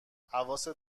حواست